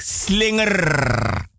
slinger